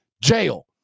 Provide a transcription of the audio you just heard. Jail